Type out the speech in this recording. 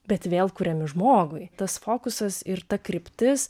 bet vėl kuriami žmogui tas fokusas ir ta kryptis